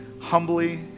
humbly